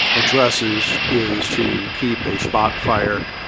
addresses is to keep a spot fire